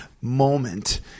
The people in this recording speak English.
moment